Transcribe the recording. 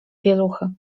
pieluchy